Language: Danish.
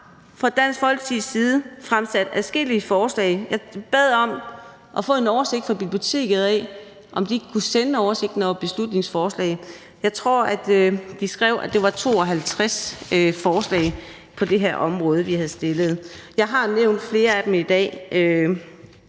fra Dansk Folkepartis side fremsat adskillige forslag. Jeg bad om at få en oversigt over det fra biblioteket, altså om de ikke kunne sende oversigten over beslutningsforslag. Jeg tror, de skrev, at det var 52 forslag på det her område, vi havde fremsat. Jeg har nævnt flere af dem i dag.